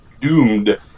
doomed